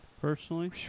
Personally